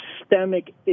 systemic